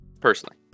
personally